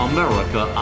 America